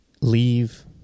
leave